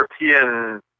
European